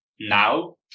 now